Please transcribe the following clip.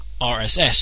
RSS